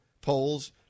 polls